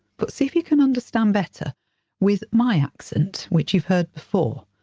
but see if you can understand better with my accent, which you've heard before.